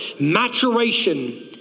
Maturation